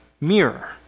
mirror